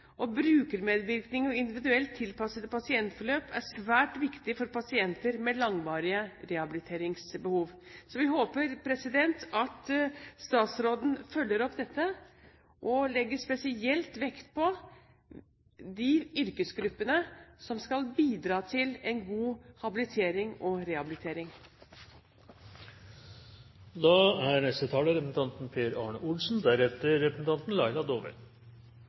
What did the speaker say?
fagpersoner. Brukermedvirkning og individuelt tilpassede pasientforløp er svært viktig for pasienter med langvarige rehabiliteringsbehov. Så vi håper at statsråden følger opp dette og legger spesielt vekt på de yrkesgruppene som skal bidra til en god habilitering og rehabilitering. Nok en gang er jeg da nødt til å avlegge representanten